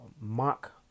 mock